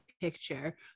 picture